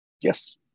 Yes